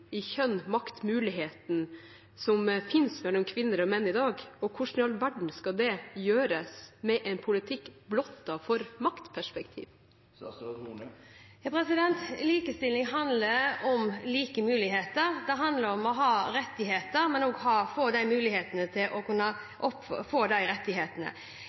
i kjønn, makt, muligheten som finnes, mellom kvinner og menn i dag? Og hvordan i all verden skal det gjøres med en politikk blottet for maktperspektiv? Likestilling handler om like muligheter, det handler om å ha rettigheter, men også om mulighet til å kunne få de rettighetene.